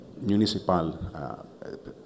municipal